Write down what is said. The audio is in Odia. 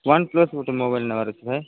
ୱାନ୍ପ୍ଲସ୍ ଗୋଟେ ମୋବାଇଲ୍ ନେବାର ଅଛି ଭାଇ